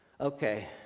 okay